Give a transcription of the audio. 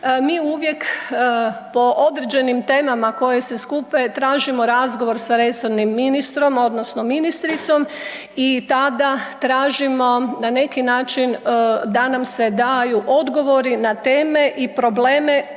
mi uvijek po određenim temama koje se skupe tražimo razgovor sa resornim ministrom odnosno ministricom i tada tražimo na neki način da nam se daju odgovori na teme i probleme